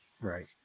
Right